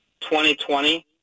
2020